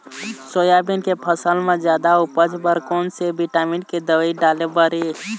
Soybean के फसल म जादा उपज बर कोन से विटामिन के दवई डाले बर ये?